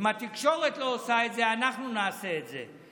אם התקשורת לא עושה את זה, אנחנו נעשה את זה.